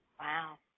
Wow